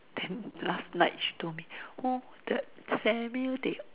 then last night she told me oh the Samuel they they